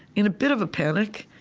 in a bit of a panic,